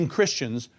Christians